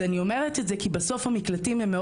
אני אומרת את זה כי בסוף המקלטים מאוד